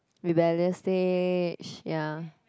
rebellious stage ya